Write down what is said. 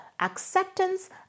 acceptance